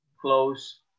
close